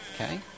okay